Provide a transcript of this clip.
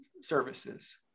services